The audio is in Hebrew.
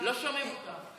לא שומעים אותך.